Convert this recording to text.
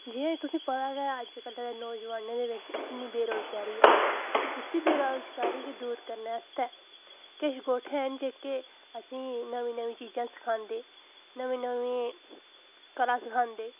जियां तुसेंगी पता गै ऐ अज्जकल दे नौजवानें दे बिच्च इन्नी बेरोज़गारी ऐ उसी बेरोज़गारी गी दूर करने आस्तै किश गोठ्ठें हैन जेह्के असेंगी नमीं नमीं चीज़ां सखांदे नमीं नमीं कलां सखांदे